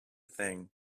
thing